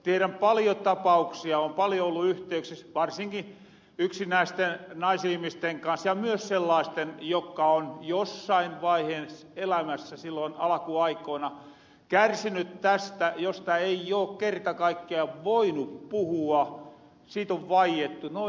tiedän paljo tapauksia oon paljo ollu yhteyksis varsinki yksinäisten naisihmisten kans ja myös sellaasten jokka on jossain vaihees elämässä sillon alakuaikoina kärsinyt tästä josta ei oo kerta kaikkiaan voinu puhua siit on vaiettu